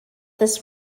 this